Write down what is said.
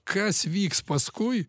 kas vyks paskui